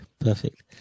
perfect